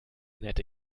nette